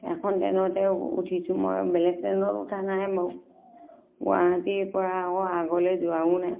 এখন ট্ৰেইনতে উঠিছোঁ মই বেলেগ ট্ৰেইনত উঠা নাই বাৰু গুৱাহাটীৰ পৰা আৰু আগলৈ যোৱাও নাই